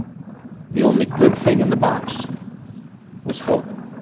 the only good thing in the box was hope.